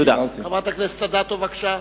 חברת הכנסת אדטו, בבקשה.